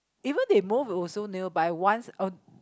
even if move also nearby once oh